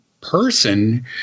person